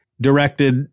directed